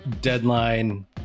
deadline